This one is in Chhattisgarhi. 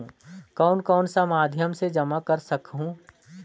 कौन कौन सा माध्यम से जमा कर सखहू?